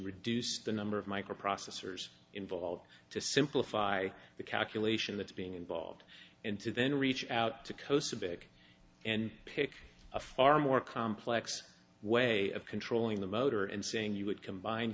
reduce the number of microprocessors involved to simplify the calculation that's being involved and to then reach out to khosa basic and pick a far more complex way of controlling the motor and saying you would combine